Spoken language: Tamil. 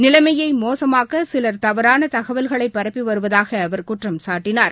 நிலைமையை மோசமாக்க சிலர் தவறாள தகவல்களை பரப்பி வருவதாக அவர் குற்றம்சாட்டினார்